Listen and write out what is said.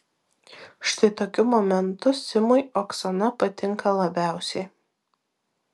štai tokiu momentu simui oksana patinka labiausiai